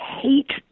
hate